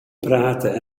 prate